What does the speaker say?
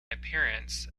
appearance